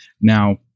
Now